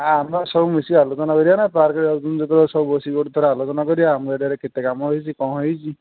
ଆ ଆମର ସବୁ ମିଶିକି ଆଲୋଚନା କରିବା ନା ପାର୍କ୍ ଯାଉଛନ୍ତି ଯେତେବେଳେ ସବୁ ବସିକି ଗୋଟେ ଥର ଆଲୋଚନା କରିବା ଆମ ଏରିଆରେ କେତେ କାମ ହେଇଛି କ'ଣ ହେଇଛି